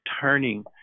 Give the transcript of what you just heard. turning